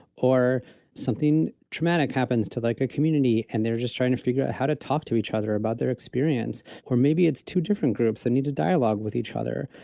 or something traumatic happens to like a community, and they're just trying to figure out how to talk to each other about their experience. or maybe it's two different groups that need to dialogue with each other.